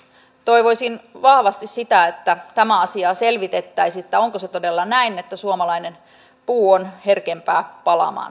toivoisin vahvasti sitä että tämä asia selvitettäisiin onko se todella näin että suomalainen puu on herkempää palamaan